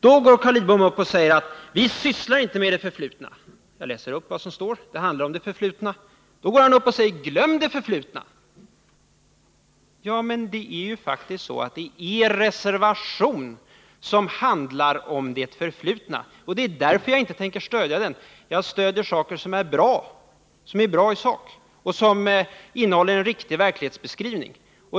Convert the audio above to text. Då går Carl Lidbom upp och säger: Vi sysslar inte med det förflutna. Jag läser upp vad som står i reservationen, som handlar om det förflutna. Då går han upp och säger: Glöm det förflutna! Ja, men det är faktiskt så att det är er reservation som handlar om det förflutna, och det är därför som jag inte tänker stödja den. Jag stöder saker som är bra och som innehåller en riktig verklighetsbeskrivning.